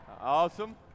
Awesome